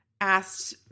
asked